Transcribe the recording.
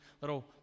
little